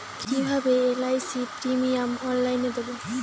কিভাবে LIC premium অনলাইনে দেবো?